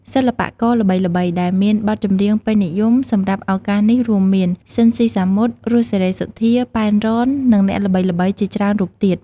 សិល្បករល្បីៗដែលមានបទចម្រៀងពេញនិយមសម្រាប់ឱកាសនេះរួមមាន ស៊ីន ស៊ីសាមុត រស់ សេរីសុទ្ធា ប៉ែន រ៉ន និងអ្នកល្បីៗជាច្រើនរូបទៀត។